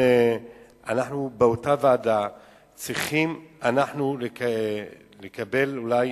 באותה ועדה אנחנו צריכים לקבל אולי